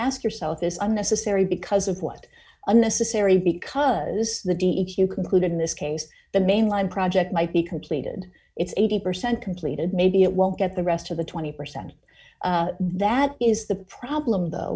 ask yourself this unnecessary because of what unnecessary because the d e q concluded in this case the mainline project might be completed it's eighty percent completed maybe it won't get the rest of the twenty percent that is the problem